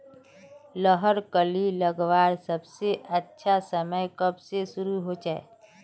लहर कली लगवार सबसे अच्छा समय कब से शुरू होचए?